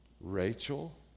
Rachel